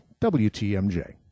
WTMJ